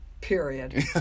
period